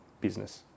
business